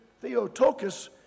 Theotokos